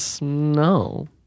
No